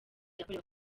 yakorewe